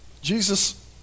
Jesus